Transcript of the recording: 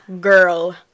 Girl